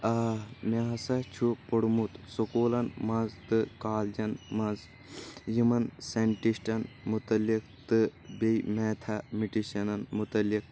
آ مےٚ ہسا چھ پوٚرمُت سکوٗلن منٛز تہٕ کالجن منٛز یِمن ساینٹِسٹن مُتعلِق تہٕ میتھمٹشنن مُتعلِق